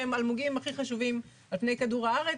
שהם האלמוגים הכי חשובים על פני כדור הארץ,